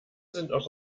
sind